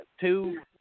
two